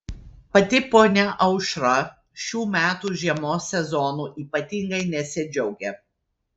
pati ponia aušra šių metų žiemos sezonu ypatingai nesidžiaugia